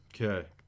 Okay